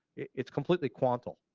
it is completely quantal.